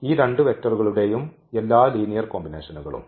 ഈ രണ്ട് വെക്റ്ററുകളുടെയും എല്ലാ ലീനിയർ കോമ്പിനേഷനുകളും